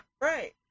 Right